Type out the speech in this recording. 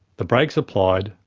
the brakes applied,